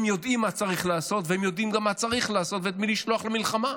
הם יודעים מה צריך לעשות והם יודעים גם את מי לשלוח למלחמה.